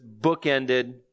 bookended